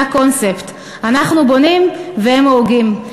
זה הקונספט: אנחנו בונים והם הורגים.